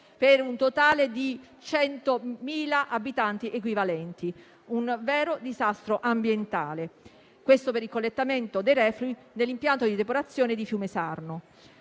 per un totale di 100.000 abitanti equivalenti. Un vero disastro ambientale! Questo per il collettamento dei reflui dell'impianto di depurazione del fiume Sarno.